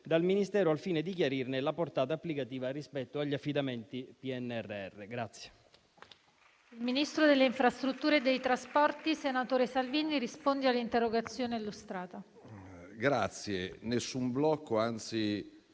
dal Ministero al fine di chiarirne la portata applicativa rispetto agli affidamenti PNRR.